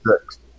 six